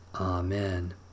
Amen